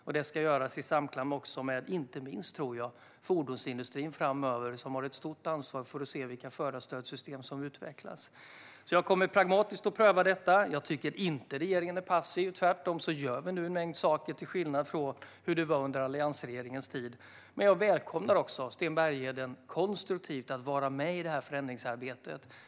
Det ska också göras i samklang inte minst, tror jag, med fordonsindustrin framöver. Den har ett stort ansvar för att se vilka förarstödssystem som utvecklas. Jag kommer alltså att pragmatiskt pröva detta. Jag tycker inte att regeringen är passiv; tvärtom gör vi nu en mängd saker, till skillnad från hur det var under alliansregeringens tid. Jag välkomnar också Sten Bergheden att konstruktivt vara med i förändringsarbetet.